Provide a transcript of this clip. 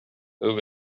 who